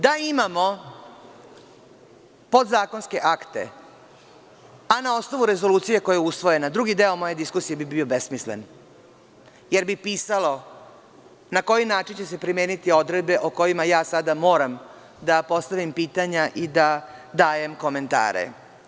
Da imamo podzakonske akte, a na osnovu rezolucije koja je usvojena drugi deo moje diskusije bi bio besmislen, jer bi pisalo na koji način će se primeniti odredbe o kojima ja sada moram da postavim pitanja i da dajem komentare.